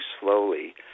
slowly